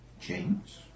James